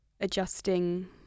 adjusting